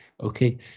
Okay